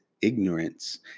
ignorance